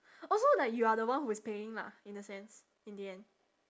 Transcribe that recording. oh so like you are the one who is paying lah in a sense in the end